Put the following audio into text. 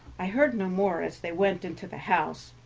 i heard no more, as they went into the house,